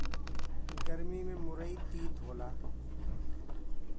गरमी में मुरई तीत होला